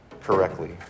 correctly